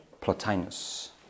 Plotinus